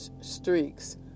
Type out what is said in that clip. streaks